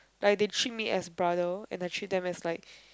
like they treat me as brother and I treat them as like